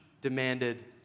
demanded